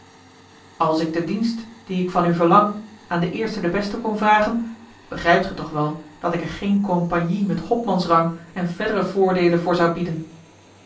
als ik den dienst die ik van u verlang aan den eersten den besten kon vragen begrijpt gij toch wel dat ik er geene compagnie met hopmans rang en verdere voordeelen voor zou bieden